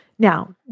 Now